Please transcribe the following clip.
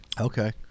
Okay